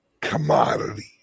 commodity